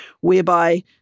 whereby